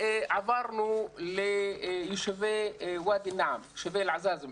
עברנו ליישובי ואדי נעם שבאל עזאזמה,